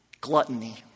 Gluttony